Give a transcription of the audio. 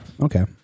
Okay